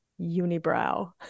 unibrow